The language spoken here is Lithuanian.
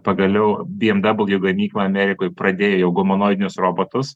pagaliau bi em dabl ju gamykla amerikoj pradėjo gumanoidinius robotus